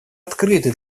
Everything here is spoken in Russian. открыты